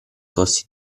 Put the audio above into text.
costi